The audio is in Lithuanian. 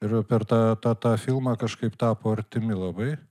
ir per tą tą tą filmą kažkaip tapo artimi labai